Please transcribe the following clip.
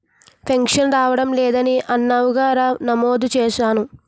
pension రావడం లేదని అన్నావుగా రా నమోదు చేస్తాను